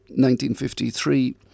1953